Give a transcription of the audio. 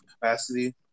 capacity